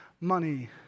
money